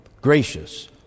gracious